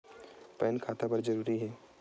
Pan खाता बर जरूरी हे?